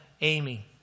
Amy